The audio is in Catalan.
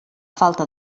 falta